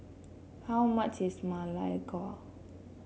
how much is Ma Lai Gao